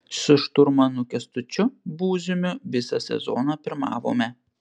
su šturmanu kęstučiu būziumi visą sezoną pirmavome